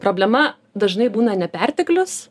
problema dažnai būna ne perteklius